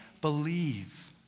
believe